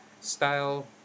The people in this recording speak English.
style